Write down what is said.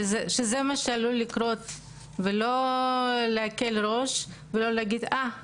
שזה מה שעלול לקרות ולא להקל ראש ולא להגיד 'אההה,